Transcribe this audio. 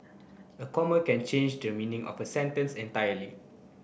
a comma can change the meaning of a sentence entirely